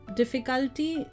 difficulty